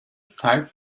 tight